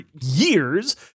years